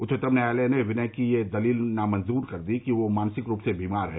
उच्चतम न्यायालय ने विनय की यह दलील नामंजुर कर दी कि वह मानसिक रूप से बीमार है